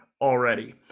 already